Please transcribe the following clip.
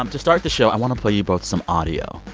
um to start the show, i want to play you both some audio,